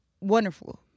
Wonderful